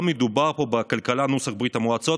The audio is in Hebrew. לא מדובר פה בכלכלה נוסח ברית המועצות,